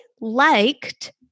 liked